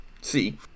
see